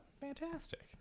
Fantastic